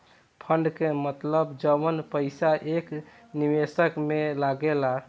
fund के मतलब जवन पईसा एक निवेशक में लागेला